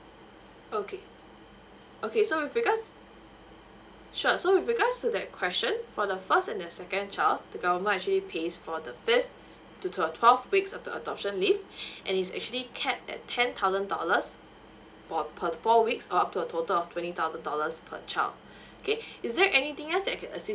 okay okay so with regards sure so with regards to that question for the first and the second child the government actually pays for the fifth to the twelve weeks of the adoption leave and is actually cap at ten thousand dollars for per four weeks or up to a total of twenty thousand dollars per child okay is there anything else that I can assist